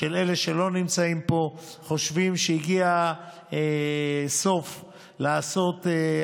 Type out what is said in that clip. של אלה שלא נמצאים פה חושבים שהגיע הזמן לעשות סוף לעוול